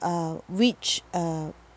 uh which uh